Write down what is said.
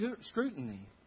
scrutiny